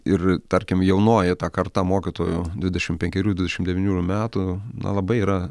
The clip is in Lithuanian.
ir tarkim jaunoji karta mokytojų dvidešim penkerių dvidešim devynerių metų na labai yra